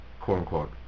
quote-unquote